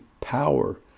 power